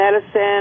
medicine